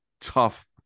tough